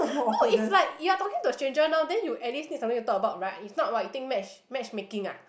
no if like you're talking to a stranger now then you at least need something to talk about right it's not !wah! you think match match making ah